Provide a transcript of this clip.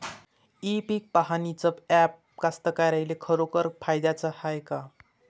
इ पीक पहानीचं ॲप कास्तकाराइच्या खरोखर फायद्याचं हाये का?